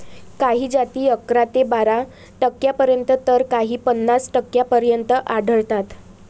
काही जाती अकरा ते बारा टक्क्यांपर्यंत तर काही पन्नास टक्क्यांपर्यंत आढळतात